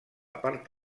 part